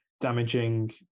damaging